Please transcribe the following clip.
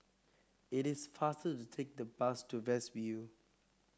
it is faster to take the bus to View